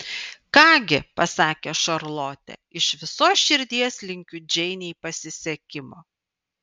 ką gi pasakė šarlotė iš visos širdies linkiu džeinei pasisekimo